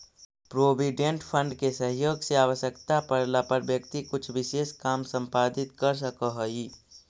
provident fund के सहयोग से आवश्यकता पड़ला पर व्यक्ति कुछ विशेष काम संपादित कर सकऽ हई